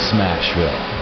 Smashville